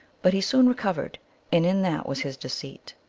but he soon re covered, and in that was his deceit.